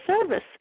service